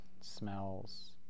smells